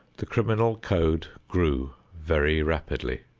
the criminal code grew very rapidly.